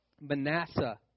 Manasseh